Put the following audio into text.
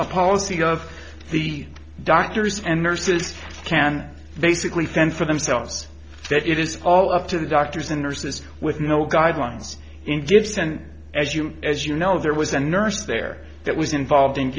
a policy of the doctors and nurses can basically fend for themselves that it is all up to the doctors and nurses with no guidelines in gifts and as you as you know there was a nurse there that was involved in